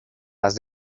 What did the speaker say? las